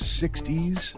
60s